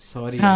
Sorry